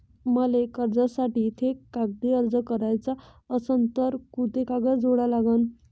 मले कर्जासाठी थे कागदी अर्ज कराचा असन तर कुंते कागद जोडा लागन?